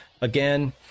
again